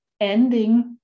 ending